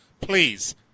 Please